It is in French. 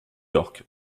york